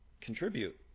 contribute